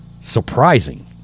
surprising